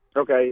Okay